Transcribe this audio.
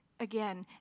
again